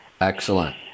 Excellent